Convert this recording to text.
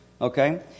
Okay